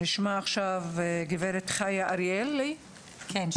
חיה אריאלי, בבקשה.